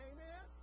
Amen